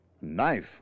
Knife